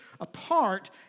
apart